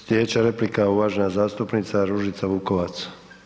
Sjedeća replika uvažena zastupnica Ružica Vukovac.